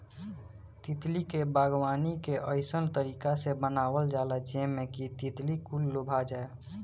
तितली के बागवानी के अइसन तरीका से बनावल जाला जेमें कि तितली कुल लोभा जाये